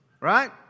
right